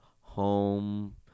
home